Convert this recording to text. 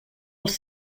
els